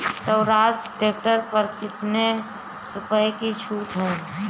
Swaraj tractor पर कितनी रुपये की छूट है?